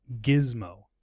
Gizmo